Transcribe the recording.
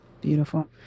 beautiful